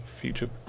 future